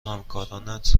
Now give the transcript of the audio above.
همکارانت